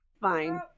Fine